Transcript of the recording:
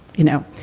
you know,